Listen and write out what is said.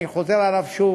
אני חוזר עליו שוב: